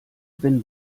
wenn